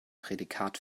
prädikat